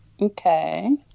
Okay